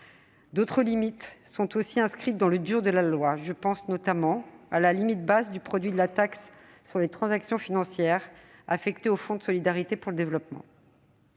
D'autres limites sont aussi inscrites dans le « dur » de la loi : je pense notamment à la limite basse du produit de taxe sur les transactions financières affecté au Fonds de solidarité pour le développement.